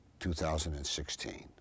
2016